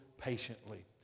patiently